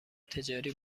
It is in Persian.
تجاری